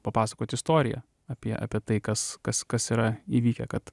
papasakot istoriją apie apie tai kas kas kas yra įvykę kad